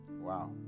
Wow